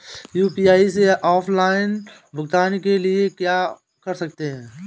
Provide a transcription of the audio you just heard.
UPI से offline भुगतान के लिए क्या कर सकते हैं?